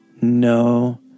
No